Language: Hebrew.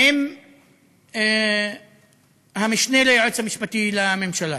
עם המשנה ליועץ המשפטי לממשלה